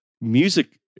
music